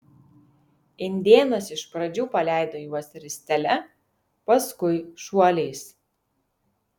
indėnas iš pradžių paleido juos ristele paskui šuoliais